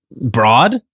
broad